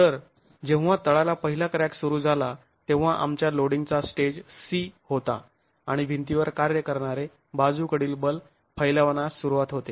तर जेव्हा तळाला पहिला क्रॅक सुरू झाला तेव्हा आमच्या लोडिंग चा स्टेज 'सी' होता आणि भिंतीवर कार्य करणारे बाजूकडील बल फैलावन्यास सुरुवात होते